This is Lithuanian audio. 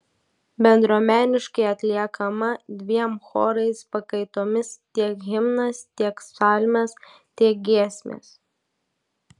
bendruomeniškai atliekama dviem chorais pakaitomis tiek himnas tiek psalmės tiek giesmės